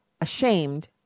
ashamed